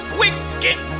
wicked